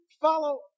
follow